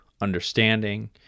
understanding